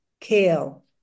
kale